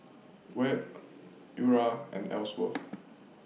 Webb Eura and Ellsworth